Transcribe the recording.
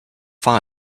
file